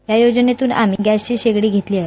या योजनेतून आम्ही गॅसची शेगडी घेतली आहे